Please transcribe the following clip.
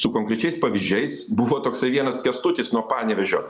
su konkrečiais pavyzdžiais buvo toksai vienas kęstutis nuo panevėžio